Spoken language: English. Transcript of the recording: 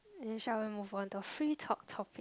and then shall we move on to free talk talk